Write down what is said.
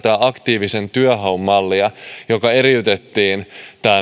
aktiivisen työnhaun mallia joka eriytettiin